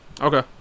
Okay